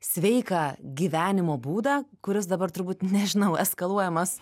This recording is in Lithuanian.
sveiką gyvenimo būdą kuris dabar turbūt nežinau eskaluojamas